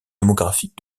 démographique